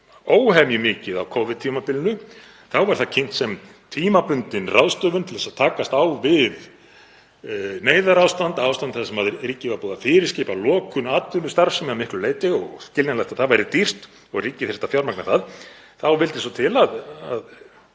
óhemju mikið á Covid-tímabilinu. Þá var það kynnt sem tímabundin ráðstöfun til að takast á við neyðarástand, ástand þar sem ríkið var búið að fyrirskipa lokun á atvinnustarfsemi að miklu leyti, skiljanlegt að það væri dýrt og ríkið þyrfti að fjármagna það. Þá vildi svo til að